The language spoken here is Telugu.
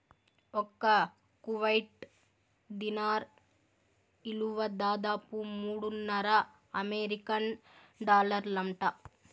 ఒక్క కువైట్ దీనార్ ఇలువ దాదాపు మూడున్నర అమెరికన్ డాలర్లంట